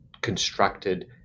constructed